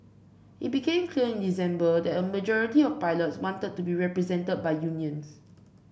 it became clear in December that a majority of pilots wanted to be represented by unions